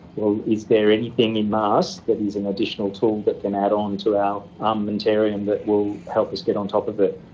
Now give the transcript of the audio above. well, is there anything in masks that is an additional tool that can add on to our armamentarium that will help us get on top of it?